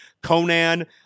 Conan